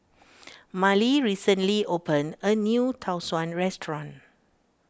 Marley recently opened a new Tau Suan restaurant